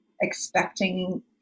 expecting